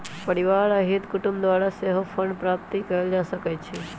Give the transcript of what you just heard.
परिवार आ हित कुटूम द्वारा सेहो फंडके प्राप्ति कएल जा सकइ छइ